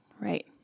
right